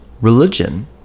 religion